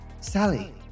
Sally